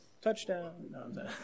Touchdown